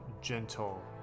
gentle